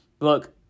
look